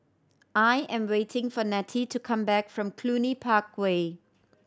I am waiting for Nettie to come back from Cluny Park Way